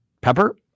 pepper